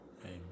amen